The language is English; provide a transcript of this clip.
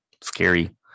scary